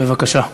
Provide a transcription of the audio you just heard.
בבקשה.